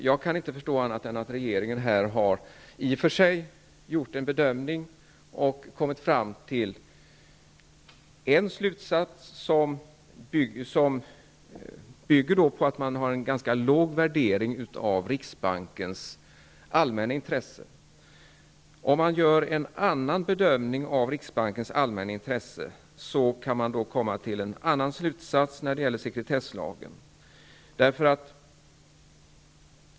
Jag kan inte förstå annat än att regeringen i och för sig har gjort en bedömning och kommit fram till en slutsats som bygger på värderingen att riksbankens allmänna intresse är lågt. Vid en annan bedömning av riksbankens allmänna intresse går det att komma fram till en annan slutsats enligt sekretesslagen.